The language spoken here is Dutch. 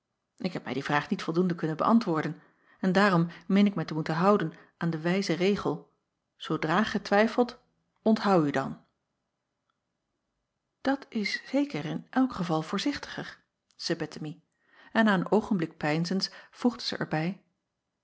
k heb mij die vraag niet voldoende kunnen beäntwoorden en daarom meen ik mij te moeten houden aan den wijzen regel zoodra gij twijfelt onthou u dan at is zeker in elk geval voorzichtiger zeî ettemie en na een oogenblik peinzens voegde zij er